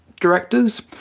directors